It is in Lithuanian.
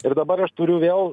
ir dabar aš turiu vėl